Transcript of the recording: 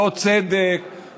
לא צדק,